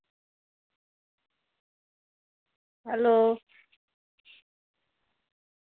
hello